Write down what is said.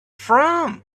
from